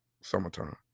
summertime